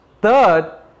Third